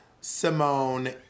Simone